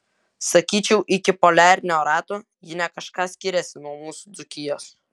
sakyčiau iki poliarinio rato ji ne kažką skiriasi nuo mūsų dzūkijos